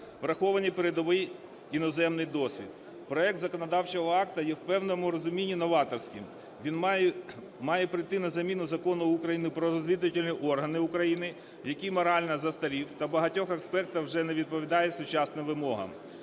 врахований передовий іноземний досвід. Проект законодавчого акту є в певному розумінні новаторським, він має прийти на заміну Закону України "Про розвідувальні органи України", який морально застарів та у багатьох аспектах вже не відповідає сучасним вимогам.